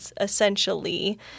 essentially